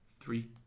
three